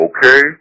Okay